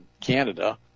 Canada